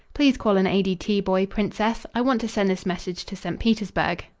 please call an a. d. t. boy, princess. i want to send this message to st. petersburg.